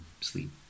sleep